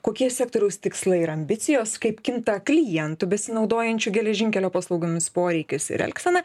kokie sektoriaus tikslai ir ambicijos kaip kinta klientų besinaudojančių geležinkelio paslaugomis poreikius ir elgsena